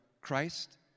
Christ